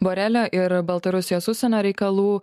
borelio ir baltarusijos užsienio reikalų